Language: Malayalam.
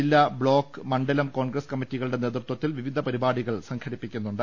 ജില്ലാ ബ്ലോക്ക് മണ്ഡലം കോൺഗ്രസ് കമ്മിറ്റികളുടെ നേതൃ ത്വത്തിൽ വിവിധ പരിപാടികൾ സംഘടിപ്പിക്കുന്നുണ്ട്